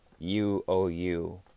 UOU